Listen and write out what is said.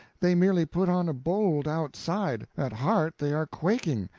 they merely put on a bold outside at heart they are quaking.